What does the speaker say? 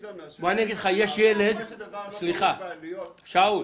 המיטבי זה אומר שככל שדבר לא כרוך בעלויות --- שאול,